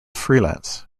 freelance